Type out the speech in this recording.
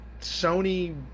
sony